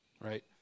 right